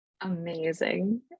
Amazing